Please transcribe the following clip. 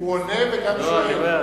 אומר את הדברים בשקט.